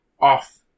off